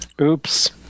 oops